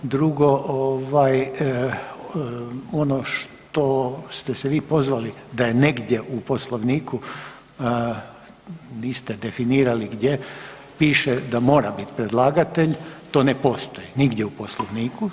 Drugo, ono što ste se vi pozvali da je negdje u Poslovniku niste definirali gdje piše da mora bit predlagatelj, to ne postoji nigdje u Poslovniku.